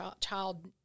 child